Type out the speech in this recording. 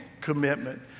commitment